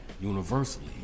Universally